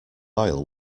oil